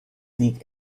liegt